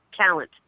talent